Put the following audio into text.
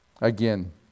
Again